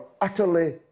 utterly